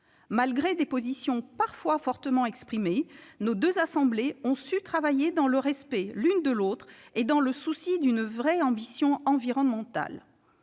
Malgré des positions parfois fortement exprimées, nos deux assemblées ont su travailler dans le respect mutuel et dans le souci d'affirmer une véritable ambition environnementale.